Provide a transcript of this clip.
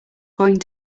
going